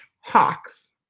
hawks